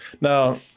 Now